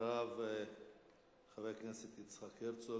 אחריו, חבר הכנסת יצחק הרצוג,